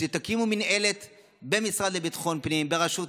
תקימו מינהלת במשרד לביטחון פנים בראשות